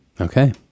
Okay